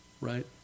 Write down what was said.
Right